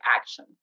action